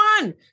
one